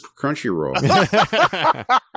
Crunchyroll